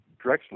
Drexler